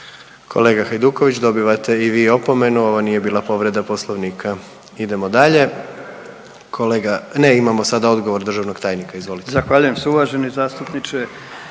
Kolega Hajduković dobivate i vi opomenu, ovo nije bila povreda Poslovnika. Idemo dalje. Ne, imamo sada odgovor državnog tajnika. Izvolite.